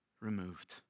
removed